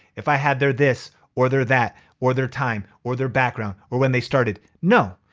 if i had their this or their that or their time or their background or when they started. no,